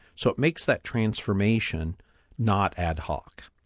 so it makes that transformation not ad hoc.